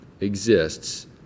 exists